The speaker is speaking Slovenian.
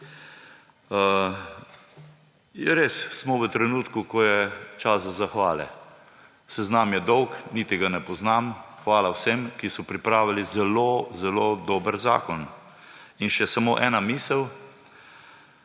Res smo v trenutku, ko je čas zahvale. Seznam je dolg in niti ga ne poznam. Hvala vsem, ki so pripravili zelo zelo dober zakon. In samo še ena misel.